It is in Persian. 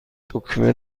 دکمه